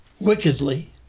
wickedly